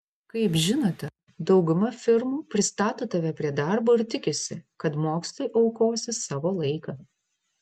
kaip žinote dauguma firmų pristato tave prie darbo ir tikisi kad mokslui aukosi savo laiką